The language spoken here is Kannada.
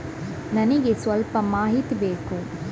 ನನಿಗೆ ಸ್ವಲ್ಪ ಮಾಹಿತಿ ಬೇಕು